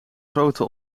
grote